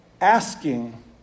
asking